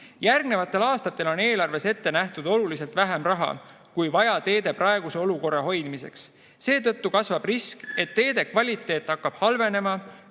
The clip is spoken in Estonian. Järgnevatel aastatel on eelarves ette nähtud oluliselt vähem raha, kui on vaja teede praeguse olukorra hoidmiseks. Seetõttu kasvab risk, et teede kvaliteet hakkab halvenema